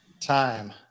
Time